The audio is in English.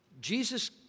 Jesus